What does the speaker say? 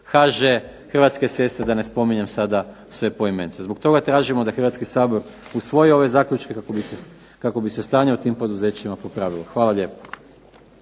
HŽ, Hrvatske ceste da ne spominjem sada poimence. Zbog toga tražimo da Hrvatski sabor usvoji ove zaključke kako bi se stanje u tim poduzećima popravilo. Hvala lijepa.